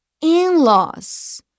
in-laws